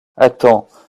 attends